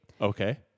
Okay